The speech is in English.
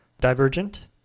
Divergent